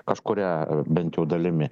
kažkuria bent jau dalimi